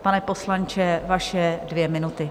Pane poslanče, vaše dvě minuty.